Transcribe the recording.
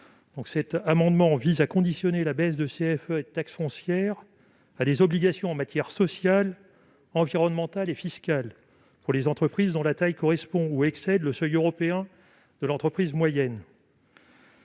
Cet amendement vise donc à conditionner la baisse de CFE et de taxe foncière à des obligations en matière sociale, environnementale et fiscale, pour les entreprises dont la taille correspond ou excède le seuil européen de l'entreprise moyenne.